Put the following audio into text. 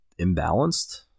imbalanced